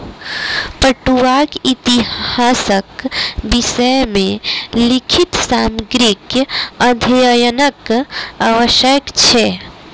पटुआक इतिहासक विषय मे लिखित सामग्रीक अध्ययनक आवश्यक छै